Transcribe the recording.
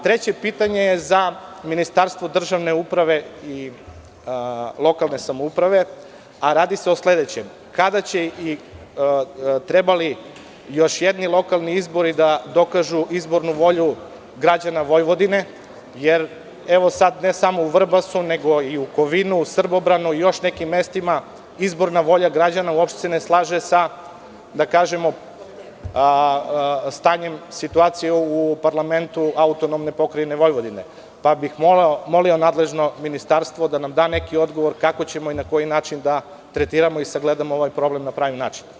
Treće pitanje je za Ministarstvo državne uprave i lokalne samouprave, a radi se o sledećem, kada će i trebalo bi još jedni lokalni izbori da dokažu izbornu volju građana Vojvodine, jer evo sad ne samo u Vrbasu nego i u Kovinu, Srbobranu i još nekim mestima, izborna volja građana uopšte se ne slaže sa, da kažemo, stanjem situacije u parlamentu AP Vojvodine, pa pih molio nadležno ministarstvo da nam da neki odgovor kako ćemo i na koji način da tretiramo i sagledamo ovaj problem na pravi način?